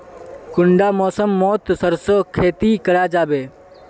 कुंडा मौसम मोत सरसों खेती करा जाबे?